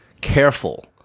careful